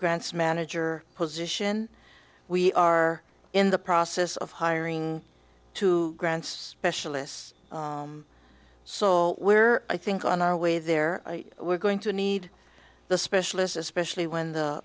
grants manager position we are in the process of hiring two grants specialists so we're i think on our way there we're going to need the specialist especially when the